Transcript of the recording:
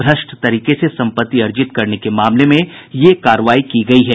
भ्रष्ट तरीके से संपत्ति अर्जित करने के मामले में यह कार्रवाई की गयी है